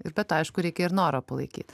ir be to aišku reikia ir norą palaikyt